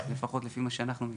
לפחות לפי מה שאנחנו מכירים.